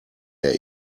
der